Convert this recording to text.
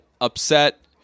upset